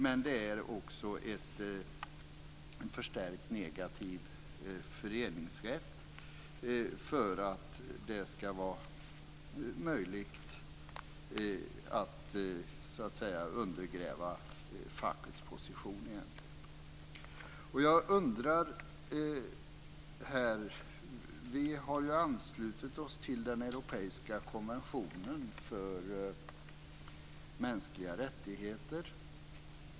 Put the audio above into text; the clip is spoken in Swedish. Men det är också en förstärkt negativ föreningsrätt för att det ska vara möjligt att undergräva fackets position. Vi har anslutit oss till den europeiska konventionen för mänskliga rättigheter.